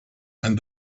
and